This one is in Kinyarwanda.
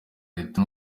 leta